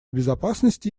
безопасности